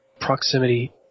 proximity